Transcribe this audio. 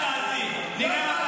תתבייש לך.